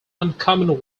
uncommon